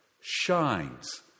shines